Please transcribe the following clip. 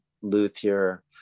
luthier